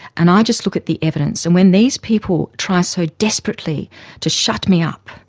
and i just look at the evidence, and when these people try so desperately to shut me up,